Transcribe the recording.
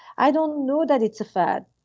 i don't know that it's a fad.